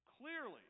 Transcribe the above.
Clearly